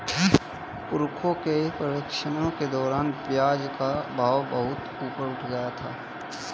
पोखरण के प्रशिक्षण के दौरान प्याज का भाव बहुत ऊपर उठ गया था